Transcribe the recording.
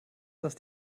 dass